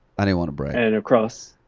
i didn't wanna brag. and across.